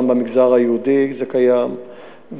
גם במגזר היהודי זה קיים.